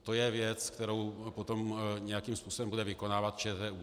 To je věc, kterou potom nějakým způsobem bude vykonávat ČTÚ.